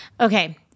Okay